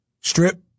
Strip